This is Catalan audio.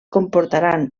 comportaran